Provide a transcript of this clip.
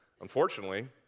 Unfortunately